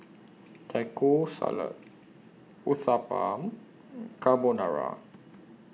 Taco Salad Uthapam Carbonara